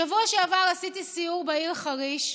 בשבוע שעבר עשיתי סיור בעיר חריש,